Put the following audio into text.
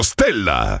Stella